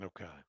Okay